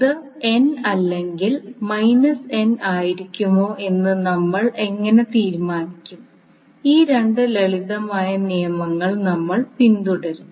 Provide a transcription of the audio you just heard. ഇത് n അല്ലെങ്കിൽ n ആയിരിക്കുമോ എന്ന് നമ്മൾ എങ്ങനെ തീരുമാനിക്കും ഈ 2 ലളിതമായ നിയമങ്ങൾ നമ്മൾ പിന്തുടരും